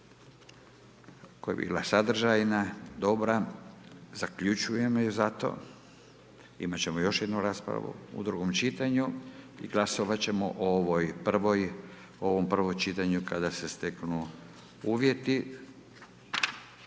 koja je bila sadržajan, dobra, zaključujem ju zato. Imati ćemo još jednu raspravu u drugom čitanju i glasovati ćemo o ovoj prvoj, o ovom prvom čitanju kada se steknu uvjeti,